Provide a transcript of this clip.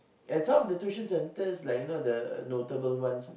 that's how the tuition center like you know the notable ones